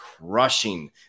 crushing